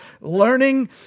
learning